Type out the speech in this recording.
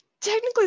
Technically